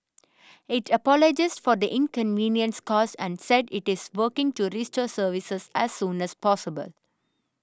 it apologised for the inconvenience caused and said it is working to restore services as soon as possible